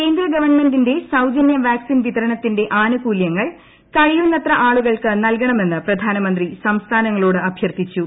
കേന്ദ്ര ഗവൺമെന്റിന്റെ സൌജന്യ വാക്സിൻ വിതരണത്തിന്റെ ആനുകൂലൃങ്ങൾ കഴിയുന്നത്ര ആളുകൾക്ക് നൽകണമെന്ന് പ്രധാന്യമിന്തി സംസ്ഥാനങ്ങളോട് അഭ്യർത്ഥിച്ചു